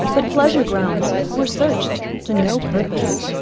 the pleasure grounds were searched to no purpose,